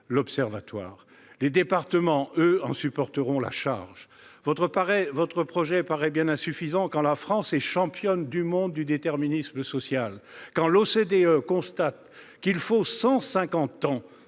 l'Observatoire. Les départements, eux, en supporteront la charge. Votre projet paraît bien insuffisant quand la France est championne du monde du déterminisme social, quand l'OCDE constate qu'il faut cent